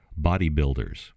bodybuilders